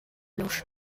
blanche